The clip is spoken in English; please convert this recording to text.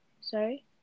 Sorry